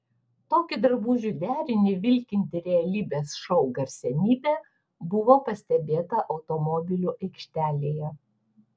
tokį drabužių derinį vilkinti realybės šou garsenybė buvo pastebėta automobilių aikštelėje